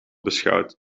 beschouwt